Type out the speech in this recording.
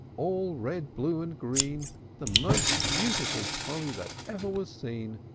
all red, blue, and green the most beautiful polly that ever was seen.